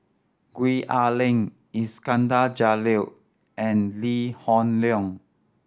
Gwee Ah Leng Iskandar Jalil and Lee Hoon Leong